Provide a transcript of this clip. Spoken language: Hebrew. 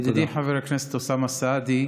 ידידי חבר הכנסת אוסאמה סעדי,